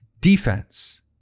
defense